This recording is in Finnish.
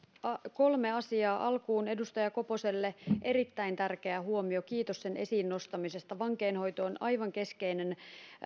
kolme asiaa alkuun edustaja koposelle erittäin tärkeä huomio kiitos sen esiin nostamisesta vankeinhoito on aivan keskeinen